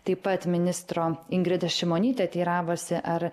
taip pat ministro ingrida šimonytė teiravosi ar